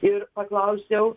ir paklausiau